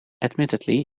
admittedly